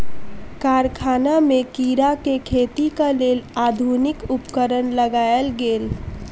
कारखाना में कीड़ा के खेतीक लेल आधुनिक उपकरण लगायल गेल